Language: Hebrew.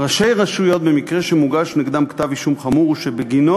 ראשי רשויות במקרה שמוגש נגדם כתב-אישום חמור שבגינו